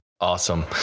awesome